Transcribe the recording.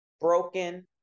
Broken